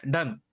Done